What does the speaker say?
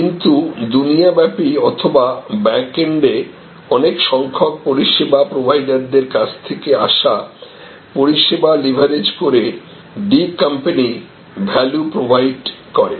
কিন্তু দুনিয়াব্যাপী অথবা ব্যাক এন্ডে অনেক সংখ্যক পরিষেবা প্রোভাইডারদের কাছ থেকে আসা পরিষেবা লিভারেজ করে D কোম্পানি ভ্যালু প্রদান করবে